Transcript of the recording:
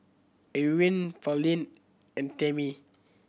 Irwin Pauline and Tamie